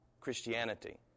...Christianity